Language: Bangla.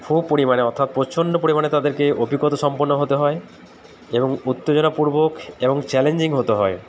খুব পরিমাণে অর্থাৎ প্রচণ্ড পরিমাণে তাদেরকে অভিজ্ঞতা সম্পন্ন হতে হয় এবং উত্তেজনাপূর্বক এবং চ্যালেঞ্জিং হতে হয়